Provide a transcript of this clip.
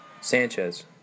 Sanchez